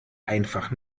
einfach